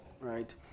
Right